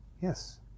Yes